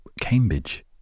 Cambridge